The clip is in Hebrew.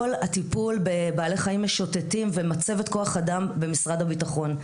הטיפול בבעלי חיים משוטטים ומצבת כוח אדם במשרד הביטחון.